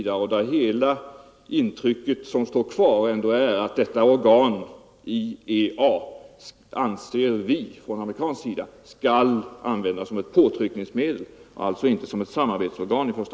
Det kvarstående intrycket från den presskonferensen är ändå att man från amerikansk sida anser att IEP skall användas som ett påtryckningsmedel och alltså inte för samarbete.